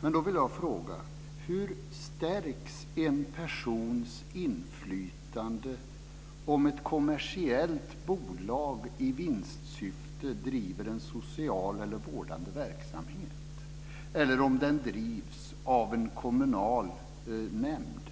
Men då vill jag fråga: Hur stärks en persons inflytande om ett kommersiellt bolag i vinstsyfte driver en social eller vårdande verksamhet jämfört med om den drivs av en kommunal nämnd